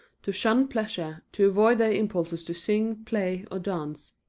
to shun pleasure, to avoid their impulses to sing, play or dance?